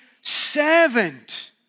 servant